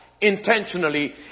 intentionally